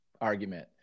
argument